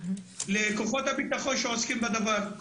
לכוחות הביטחון שעוסקים בדבר.